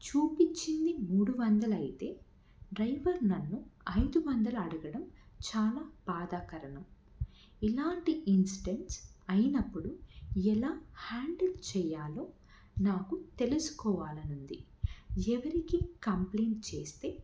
చూపించింది మూడు వందలు అయితే డ్రైవర్ నన్ను ఐదు వందలు అడగడం చాలా బాధాకరం ఇలాంటి ఇన్స్డెంట్స్ అయినప్పుడు ఎలా హ్యాండిల్ చెయ్యాలో నాకు తెలుసుకోవాలని ఉంది ఎవరికి కంప్లయింట్ చేస్తే